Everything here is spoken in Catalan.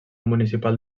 municipal